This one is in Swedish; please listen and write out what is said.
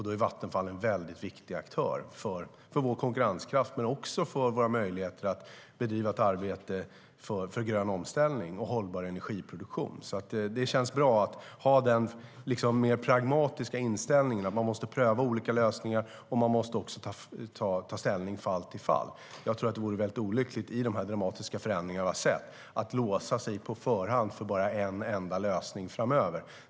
Då är Vattenfall en väldigt viktig aktör för vår konkurrenskraft, men också för våra möjligheter att bedriva ett arbete för en grön omställning och hållbar energiproduktion. Det känns bra att ha den mer pragmatiska inställningen att man måste pröva olika lösningar och också ta ställning från fall till fall. Jag tror att det vore väldigt olyckligt att i de dramatiska förändringar som vi har sett låsa sig på förhand till bara en enda lösning framöver.